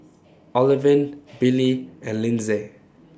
Olivine Billie and Lindsay